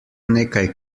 nekaj